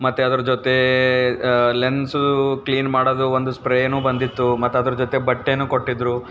ಮತ್ತು ಅದ್ರ ಜೊತೆ ಲೆನ್ಸು ಕ್ಲೀನ್ ಮಾಡೋದು ಒಂದು ಸ್ಪ್ರೇನು ಬಂದಿತ್ತು ಮತ್ತು ಅದ್ರ ಜೊತೆ ಬಟ್ಟೆನು ಕೊಟ್ಟಿದ್ರು